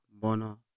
Bono